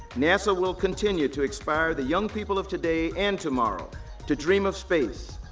nasa will continue to inspire the young people of today and tomorrow to dream of space,